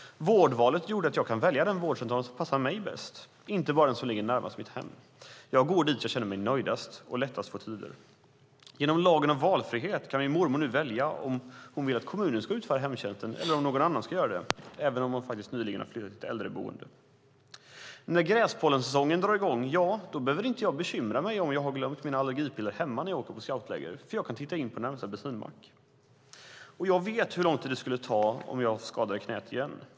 Vårdvalet gjorde att jag kan välja den vårdcentral som passar mig bäst, inte bara den som ligger närmast mitt hem. Jag går dit där jag känner mig nöjdast och där det är lättast att få tider. Genom lagen om valfrihet kan min mormor nu välja om hon vill att kommunen eller någon annan ska utföra hemtjänsten, även om hon nyligen har flyttat till ett äldreboende. När gräspollensäsongen drar i gång behöver jag inte bekymra mig om jag glömt mina allergipiller hemma när jag åker på scoutläger, för jag kan titta in på närmaste bensinmack. Och jag vet hur lång tid det skulle ta om jag skadade knät igen.